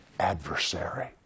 adversary